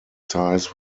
ties